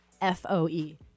F-O-E